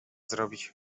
zrobić